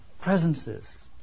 presences